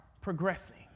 progressing